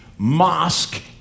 mosque